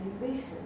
recent